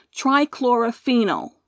trichlorophenol